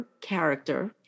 character